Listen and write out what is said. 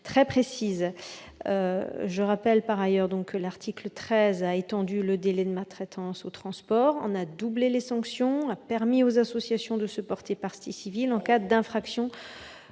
très précises. Je rappelle, par ailleurs, que l'article 13 du projet de loi a étendu le délit de maltraitance au transport. Nous avons doublé les sanctions et permis aux associations de se porter partie civile en cas d'infraction